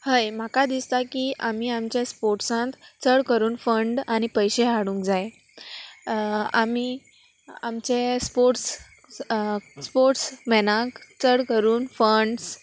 हय म्हाका दिसता की आमी आमच्या स्पोर्ट्सान चड करून फंड आनी पयशे हाडूंक जाय आमी आमचे स्पोर्ट्स स्पोर्ट्स मॅनाक चड करून फंड्स